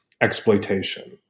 exploitation